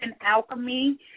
alchemy